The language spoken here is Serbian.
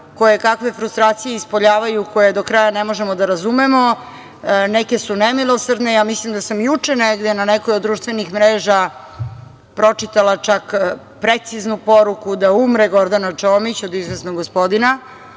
kojekakve frustracije koje do kraja ne možemo da razumemo. Neke su nemilosrdne. Ja mislim da sam juče negde na nekoj od društvenih mreža pročitala čak preciznu poruku da umre Gordana Čomić, od izvesnog gospodina,